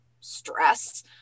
stress